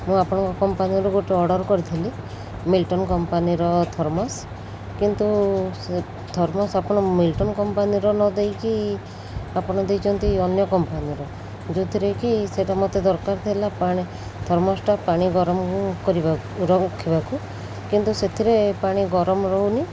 ମୁଁ ଆପଣଙ୍କ କମ୍ପାନୀରୁ ଗୋଟେ ଅର୍ଡ଼ର କରିଥିଲି ମିଲଟନ କମ୍ପାନୀର ଥର୍ମସ୍ କିନ୍ତୁ ସେ ଥର୍ମସ୍ ଆପଣ ମିଲଟନ କମ୍ପାନୀର ନ ଦେଇକି ଆପଣ ଦେଇଛନ୍ତି ଅନ୍ୟ କମ୍ପାନୀର ଯେଉଁଥିରେ କି ସେଇଟା ମୋତେ ଦରକାର ଥିଲା ପାଣି ଥର୍ମସଟା ପାଣି ଗରମ କରିବା ରଖିବାକୁ କିନ୍ତୁ ସେଥିରେ ପାଣି ଗରମ ରହୁନି